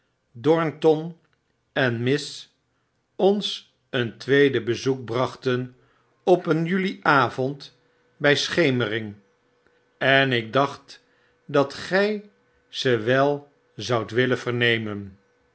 en mith ons een tweede bezoek biachten op een juli avond bij schemering en ik dacht dat gy ze wel zoudt willen vernemen